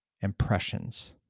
impressions